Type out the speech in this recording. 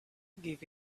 give